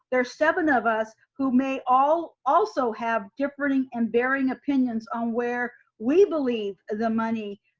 there are seven of us who may all also have differing and varying opinions on where we believe the money